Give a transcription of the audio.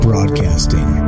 Broadcasting